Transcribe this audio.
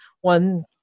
one